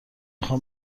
خوام